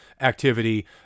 activity